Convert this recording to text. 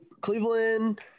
Cleveland